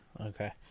Okay